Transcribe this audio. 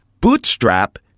Bootstrap